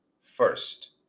first